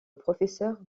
professeur